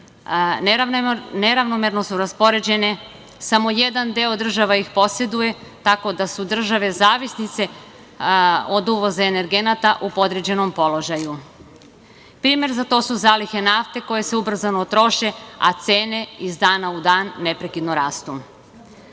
neravnomerno su raspoređene, samo jedan deo država ih poseduje, tako da su države zavisnice od uvoza energenata u podređenom položaju. Primer za to su zalihe nafte koje se ubrzano troše, a cene iz dana u dan neprekidno rastu. Razvoj